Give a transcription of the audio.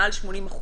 מעל 80%,